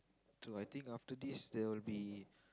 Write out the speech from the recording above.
so I think after this there will be